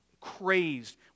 crazed